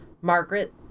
Margaret